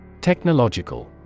Technological